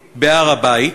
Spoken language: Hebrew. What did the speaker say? בהר-הבית,